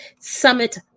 Summit